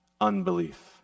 unbelief